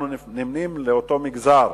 אנחנו נמנים עם אותם מגזרים.